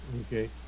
Okay